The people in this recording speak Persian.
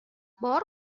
بار